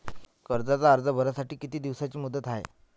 कर्जाचा अर्ज भरासाठी किती दिसाची मुदत हाय?